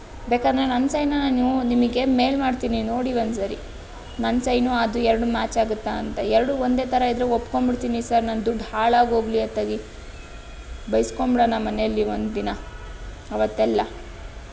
ಬೇಕಾದರೆ ನನ್ನ ಸೈನನ್ನು ನಾನು ನಿಮಗೆ ಮೇಲ್ ಮಾಡ್ತೀನಿ ನೋಡಿ ಒಂದು ಸರಿ ನನ್ನ ಸೈನು ಅದು ಎರಡೂ ಮ್ಯಾಚ್ ಆಗತ್ತಾ ಅಂತ ಎರಡೂ ಒಂದೇ ಥರ ಇದ್ದರೆ ಒಪ್ಕೊಂಬಿಡ್ತೀನಿ ಸರ್ ನನ್ನ ದುಡ್ಡು ಹಾಳಾಗಿ ಹೋಗಲಿ ಅತ್ತಾಗೆ ಬೈಸ್ಕೊಂಬಿಡೋಣ ಮನೆಯಲ್ಲಿ ಒಂದು ದಿನ ಆವತ್ತೆಲ್ಲ